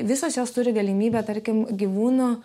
visos jos turi galimybę tarkim gyvūno